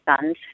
sons